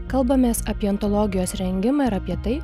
kalbamės apie ontologijos rengimą ir apie tai